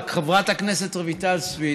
רק חברת הכנסת רויטל סויד